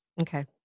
Okay